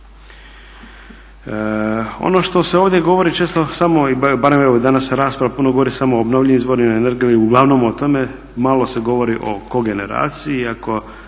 Ono što se ovdje govori često samo, barem evo danas u raspravi se puno govori samo o obnovljivim izvorima energije, uglavnom o tome, malo se govori o kogeneraciji iako